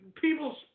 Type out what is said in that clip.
people